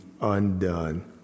undone